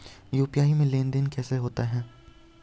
UPI में लेनदेन कैसे होता है?